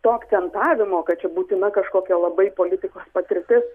to akcentavimo kad čia būtina kažkokia labai politiko patirtis